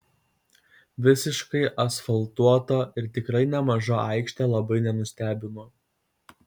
visiškai asfaltuota ir tikrai nemaža aikštė labai nenustebino